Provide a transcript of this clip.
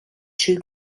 two